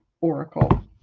Oracle